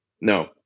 no